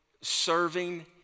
serving